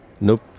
Nope